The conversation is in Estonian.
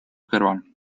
kõrval